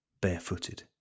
barefooted